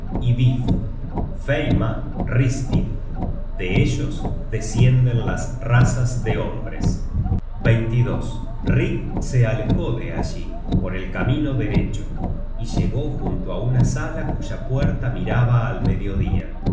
y vif feima ristil de ellos descienden las razas de hombres rig se alejó de allí por el camino derecho y llegó junto á una sala cuya puerta miraba al mediodía